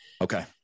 okay